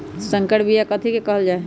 संकर बिया कथि के कहल जा लई?